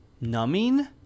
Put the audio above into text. numbing